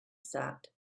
sat